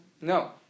No